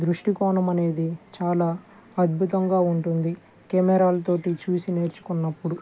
దృష్టికోణం అనేది చాలా అద్భుతంగా ఉంటుంది కెమెరాలతో చూసి నేర్చుకున్నప్పుడు